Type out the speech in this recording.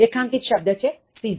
રેખાંકિત શબ્દ છે scissor